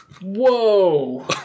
Whoa